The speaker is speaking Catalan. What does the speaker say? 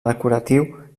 decoratiu